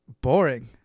boring